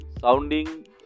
Sounding